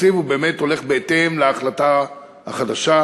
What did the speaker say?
התקציב באמת הולך בהתאם להחלטה החדשה,